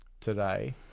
today